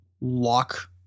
lock